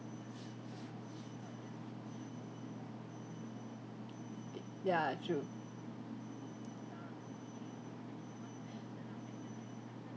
uh ya true